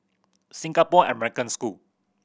Singapore American School